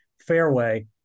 fairway